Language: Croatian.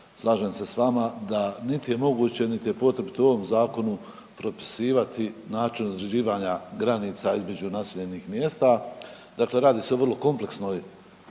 Slažem se s vama da niti je moguće niti je .../Govornik se ne razumije./... tom zakonu propisivati način određivanja granica između naseljenih mjesta, dakle radi se o vrlo kompleksnoj,